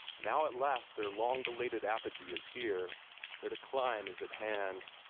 now at last their long-belated apogee is here their decline is at hand.